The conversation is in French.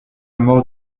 mort